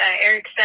Eric